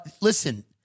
listen